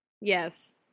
Yes